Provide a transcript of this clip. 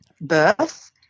birth